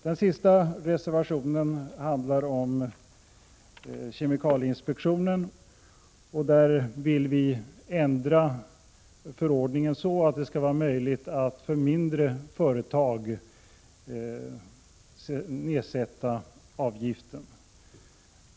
Den sista reservationen handlar om kemikalieinspektionen. Vi vill ändra förordningen så att det skall vara möjligt att för mindre företag nedsätta avgiften.